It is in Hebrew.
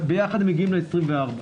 וביחד הם מגיעים ל-24 שעות.